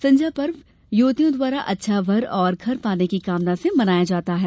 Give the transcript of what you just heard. संजा पर्व युवतियों द्वारा अच्छा वर और घर पाने की कामना से मनाया जाता है